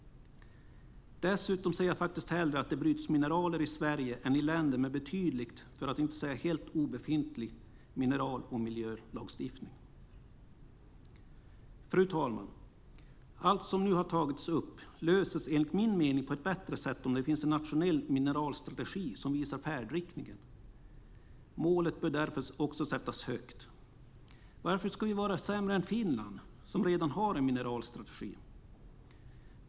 Dessutom ser jag faktiskt hellre att det bryts mineraler i Sverige än i länder med betydligt sämre, för att inte säga helt obefintlig, mineral och miljölagstiftning. Fru talman! Allt som nu har tagits upp löses enligt min mening på ett bättre sätt om det finns en nationell mineralstrategi som visar färdriktningen. Målet bör därför också sättas högt. Varför ska vi vara sämre än Finland som redan har en mineralstrategi?